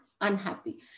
unhappy